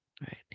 right